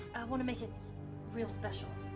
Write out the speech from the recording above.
want to make it real special.